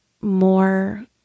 more